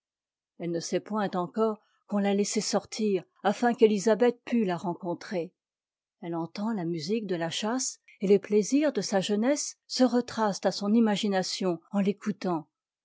elle ne sait point encore qu'on l'a laissée sortir afin qu'ë isabeth pût la rencontrer elle entend la musique de la chasse et les plaisirs de sa jeunesse se retracent à son imagination en l'écoutant